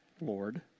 Lord